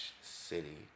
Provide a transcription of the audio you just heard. city